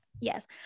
yes